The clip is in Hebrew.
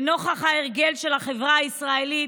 נוכח ההרגל של החברה הישראלית,